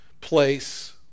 place